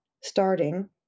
starting